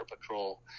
patrol